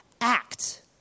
act